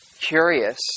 curious